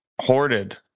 hoarded